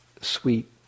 sweet